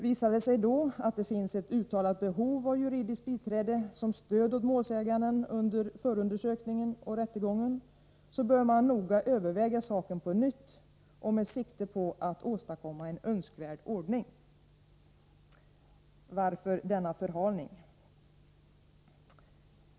Visar det sig då att det finns ett uttalat behov av juridiskt biträde som stöd åt målsäganden under förundersökning och rättegång, bör man noga överväga saken på nytt med sikte på att åstadkomma en önskvärd ordning. Varför denna förhalning?